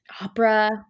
opera